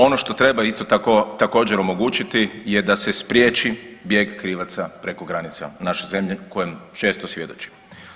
Ono što treba isto tako također omogućiti je da se spriječi bijeg krivaca preko granica naše zemlje kojem često svjedočimo.